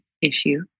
issue